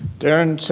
darren,